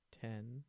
Ten